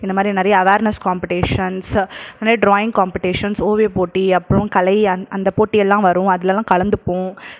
இந்தமாதிரி நிறைய awareness competitions அதுமாரி ட்ராயிங் காம்படீஷன்ஸ் ஓவியப் போட்டி அப்புறம் கலை அந் அந்த போட்டி எல்லாம் வரும் அதிலலாம் கலந்துப்போம்